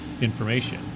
information